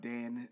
Dan